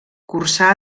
cursà